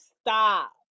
Stop